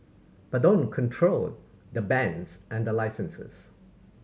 but don't control the bands and the licenses